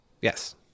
yes